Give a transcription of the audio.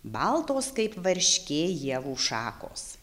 baltos kaip varškė ievų šakos